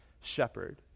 shepherd